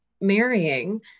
marrying